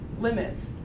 limits